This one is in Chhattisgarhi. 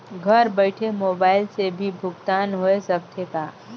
घर बइठे मोबाईल से भी भुगतान होय सकथे का?